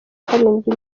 karindwi